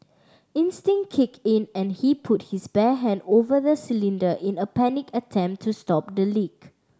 instinct kicked in and he put his bare hand over the cylinder in a panicked attempt to stop the leak